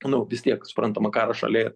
nu vis tiek suprantama karas šalyje